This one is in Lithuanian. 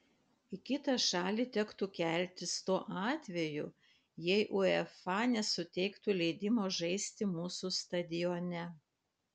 į kitą šalį tektų keltis tuo atveju jei uefa nesuteiktų leidimo žaisti mūsų stadione